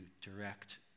direct